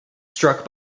struck